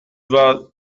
vas